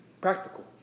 practical